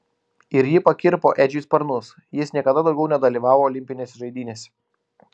ir ji pakirpo edžiui sparnus jis niekada daugiau nedalyvavo olimpinėse žaidynėse